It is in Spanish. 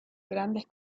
grandes